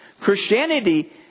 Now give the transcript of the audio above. Christianity